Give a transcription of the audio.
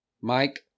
Mike